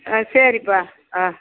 ஆ சரிப்பா ஆ